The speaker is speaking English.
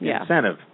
Incentive